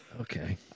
Okay